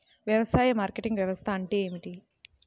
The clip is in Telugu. వ్యవసాయ మార్కెటింగ్ వ్యవస్థ అంటే ఏమిటి?